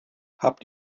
habt